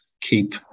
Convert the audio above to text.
keep